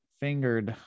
fingered